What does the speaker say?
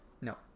No